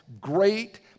great